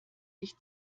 ich